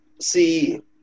See